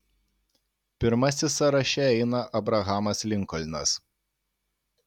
pirmasis sąraše eina abrahamas linkolnas